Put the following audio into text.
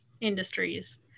industries